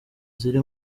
ziri